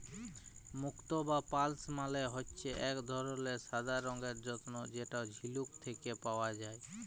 মুক্ত বা পার্লস মালে হচ্যে এক ধরলের সাদা রঙের রত্ন যেটা ঝিলুক থেক্যে পাওয়া যায়